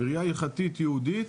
בראיה הלכתית יהודית,